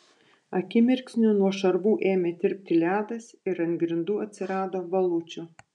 akimirksniu nuo šarvų ėmė tirpti ledas ir ant grindų atsirado balučių